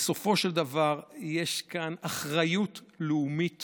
בסופו של דבר יש כאן אחריות לאומית